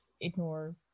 ignore